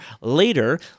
later